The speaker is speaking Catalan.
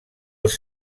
els